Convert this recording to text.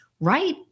right